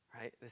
right